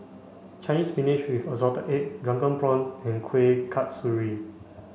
Chinese spinach with assorted eggs drunken prawns and Kuih Kasturi